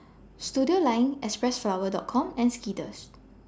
Studioline Xpressflower Dot Com and Skittles